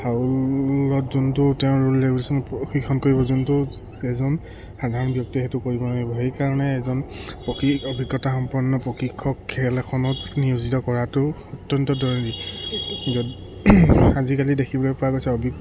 হাউলত যোনটো তেওঁ rule regulation প্ৰশিক্ষণ কৰিব যোনটো এজন সাধাৰণ ব্যক্তিয়ে সেইটো কৰিব নোৱাৰিব সেইকাৰণে এজন প্ৰশিক অভিজ্ঞতা সম্পন্ন প্ৰশিক্ষক খেল এখনত নিয়োজিত কৰাটো অত্যন্ত জৰুৰী য'ত আজিকালি দেখিবলৈ পোৱা গৈছে অভিগ